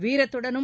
வீரத்துடலும்